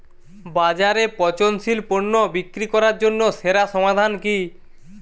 বাজারে পচনশীল পণ্য বিক্রি করার জন্য সেরা সমাধান কি?